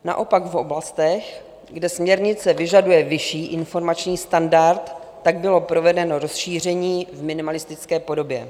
Naopak v oblastech, kde směrnice vyžaduje vyšší informační standard, bylo provedeno rozšíření v minimalistické podobě.